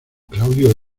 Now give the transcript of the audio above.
claudio